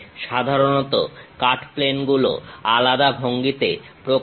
সাধারণত cut plane গুলো আলাদা ভঙ্গিতে প্রকাশ করা হয়